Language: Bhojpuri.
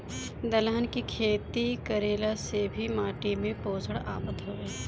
दलहन के खेती कईला से भी माटी में पोषण आवत हवे